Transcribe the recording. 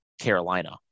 Carolina